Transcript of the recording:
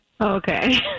Okay